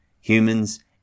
Humans